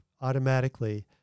automatically